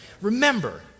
Remember